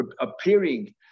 appearing